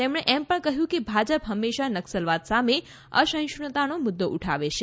તેમણે એમ પણ કહ્યું કે ભાજપ હંમેશાં નક્સલવાદ સામે અસહિષ્ણુતાનો મુદ્દો ઉઠાવે છે